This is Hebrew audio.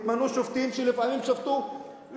התמנו שופטים שלפעמים שפטו,